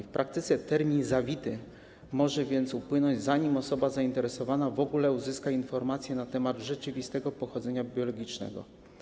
W praktyce termin zawity może więc upłynąć, zanim osoba zainteresowana w ogóle uzyska informacje na temat rzeczywistego pochodzenia biologicznego.